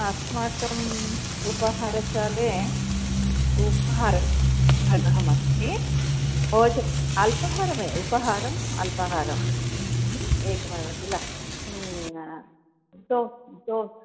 अस्माकम् उपाहारशाले उपाहारगृहमस्ति भोज अल्पाहारमेव उपाहारम् अल्पाहारं एकमेव किल दो दो